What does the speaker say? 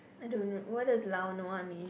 I don't know what does lao nua mean